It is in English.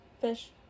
Fish